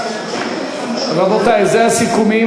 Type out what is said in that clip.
רבותי, אלה הסיכומים.